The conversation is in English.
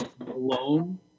alone